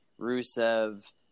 Rusev